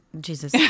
Jesus